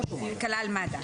--- זה כלל את מד"א.